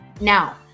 Now